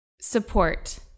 support